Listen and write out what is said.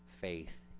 faith